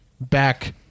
back